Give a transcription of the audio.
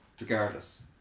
regardless